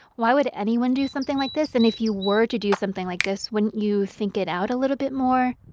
why would anyone do something like this? and if you were to do something like this, wouldn't you think it out a little bit more?